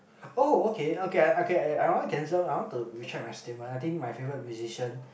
oh okay okay okay I I want to cancel I want to recheck my statement I think my favorite musician